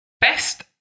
Best